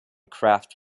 craft